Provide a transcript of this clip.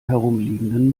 herumliegenden